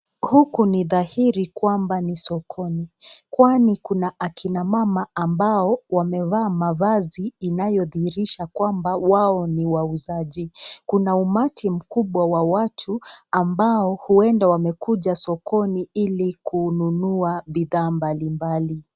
Huku ni dhairi kwamba ni sokoni kwani kuna akina mama ambao wamevaa mavazi inayodhihirisha kwamba wao ni wauzaji. Kuna umati mkubwa wa watu ambao ueda wamekuja sokoni ili kununua bidhaa mbalimbali.